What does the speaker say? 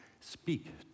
speak